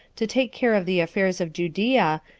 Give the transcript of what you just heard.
to take care of the affairs of judea,